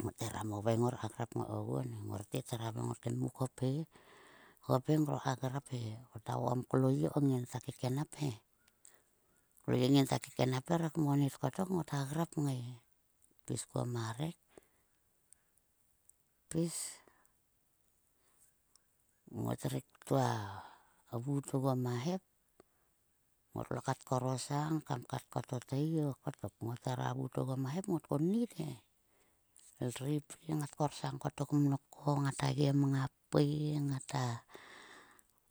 Ngot hera moveng ngor ka grap kngai koguon he. Ngor tet thera haveing ngorte. Muk hophe, hophe ngorka grap he ko ta vokom klo lyie ko nginta kekenap he. Klo lyie ngnta keknap he re kmonit kotok ngota grap kngai. Pis kuo ma rek pis ngotvektua vuut oguo ma hep. Ngotlo kat korosang kam kata kotothi o kotok. Ngotlo kat korosang kam kata kotothi o kotok. Ngot hera vut oguo ma hep ngot konit he. Ireip ri ngat korsang ko mnok ko ngata gem nga pui ngata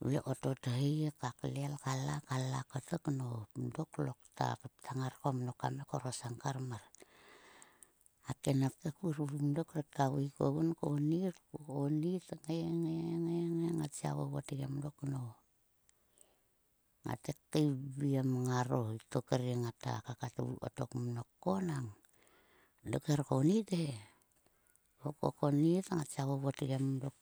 vle kotothi ka klel khala khala kotok dok nap klokta ptang ngar kotok mnok kam ngai korsang kar mar. A kenap te kvurvrun dok. Krekta veik ogun konit. Ko konit kngai ngai. Ngat sia vovotgem dok nop. Ngate keiviem ngaro itok ri ngata kakatvu kotok mnok ko nang dok kher konit he. To ko konit ngat sia vovotgem dok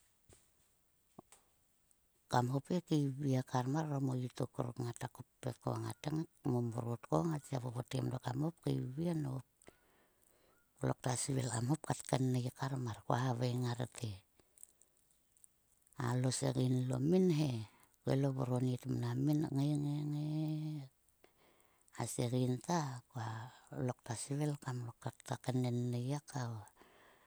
kain hop he keivie kar mar orom o itok ruk ngata kopet ko ngat ngai kmomrot ko ngat sia vovotgem dok kam ngai keivie ko nop. Klokta svil kam hop kainnei kar mar. Ko haveng ngarte. Alo segein lomin he. Klo vur onnit mnam min ngai ngai. A segein ta. Kua lokta svil kam lokta kaenennei ka.